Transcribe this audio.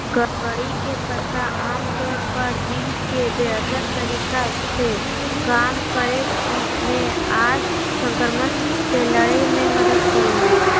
करी के पत्ता आमतौर पर दिल के बेहतर तरीका से काम करे मे आर संक्रमण से लड़े मे मदद करो हय